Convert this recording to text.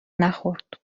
نخورد